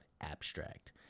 Abstract